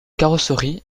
carrosserie